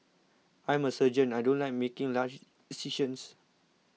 I'm a surgeon I don't like making large incisions